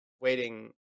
waiting